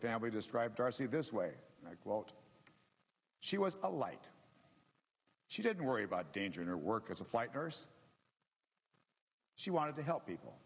family described darcy this way quote she was a light she didn't worry about danger in her work as a flight nurse she wanted to help people